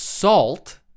SALT